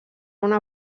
una